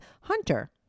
hunter